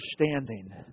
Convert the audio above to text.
understanding